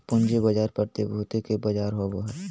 पूँजी बाजार प्रतिभूति के बजार होबा हइ